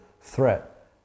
threat